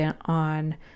on